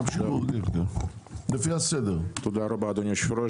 תודה אדוני היושב-ראש.